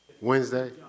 Wednesday